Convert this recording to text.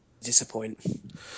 disappoint